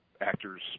actors